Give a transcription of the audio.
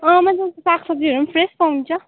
अँ सागसब्जीहरू पनि फ्रेस पाउँछ